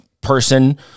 person